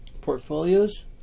portfolios